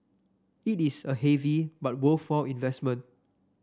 it is a heavy but worthwhile investment